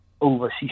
overseas